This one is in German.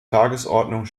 tagesordnung